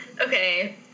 Okay